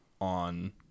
on